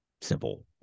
simple